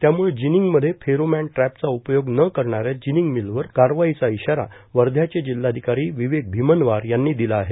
त्यामुळे जिनिग मध्ये pheromone trap चा उपयोग न करणाऱ्या जिनिंग मिलवर कारवाईचा इशारा वर्ध्याचे जिल्हाधिकारी विवेक भिमनवार यांनी दिला आहे